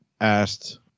asked